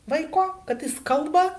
vaiko kad jis kalba